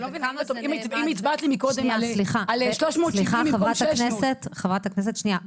אם הצבעת קודם על --- חברת הכנסת שניה,